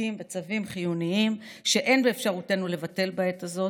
חוקים וצווים חיוניים שאין באפשרותנו לבטל בעת הזאת.